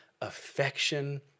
affection